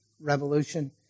Revolution